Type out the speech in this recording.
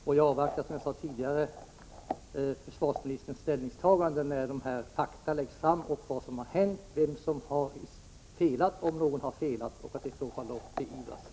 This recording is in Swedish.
Men jag avvaktar försvarsministerns ställningstagande sedan fakta har lagts fram om vad som har hänt, vem som har felat — om någon har gjort det — och huruvida det hela i så fall skall beivras.